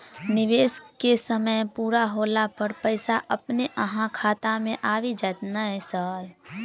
निवेश केँ समय पूरा होला पर पैसा अपने अहाँ खाता मे आबि जाइत नै सर?